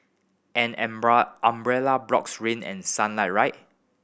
an umbrella blocks rain and sunlight right